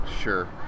Sure